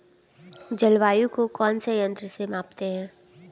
जलवायु को कौन से यंत्र से मापते हैं?